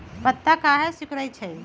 पत्ता काहे सिकुड़े छई?